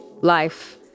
life